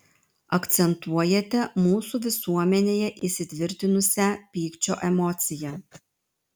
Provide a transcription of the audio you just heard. akcentuojate mūsų visuomenėje įsitvirtinusią pykčio emociją